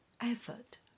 effort